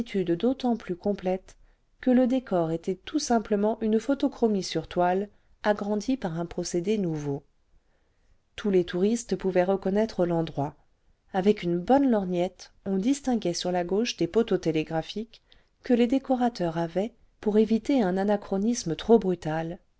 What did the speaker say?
d'autant plus complète que le décor était tout simplement une photochromie sur toile agrandie par un procédé nouveau tous les touristes pouvaient reconnaître l'endroit avec une bonne lorgnette on distinguait sur la gauche des poteaux télégraphiques que les décorateurs avaient pour éviter un anachronisme trop brutal